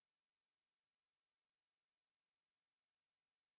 something but I don't think is like something scary just